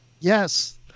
Yes